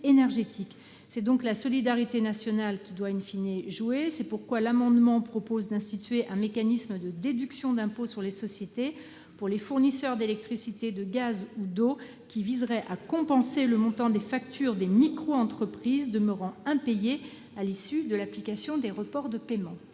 énergétique. La solidarité nationale doit jouer. C'est pourquoi le présent amendement a pour objet d'instituer un mécanisme de déduction d'impôt sur les sociétés pour les fournisseurs d'électricité, de gaz ou d'eau visant à compenser le montant des factures des microentreprises demeurant impayées à l'issue de l'application des reports de paiement.